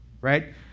right